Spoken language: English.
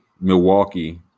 Milwaukee